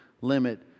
limit